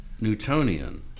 newtonian